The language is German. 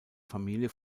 familie